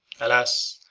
alas!